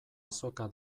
azoka